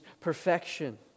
perfection